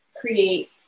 create